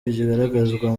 bigaragazwa